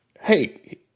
Hey